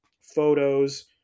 photos